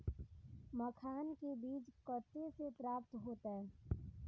मखान के बीज कते से प्राप्त हैते?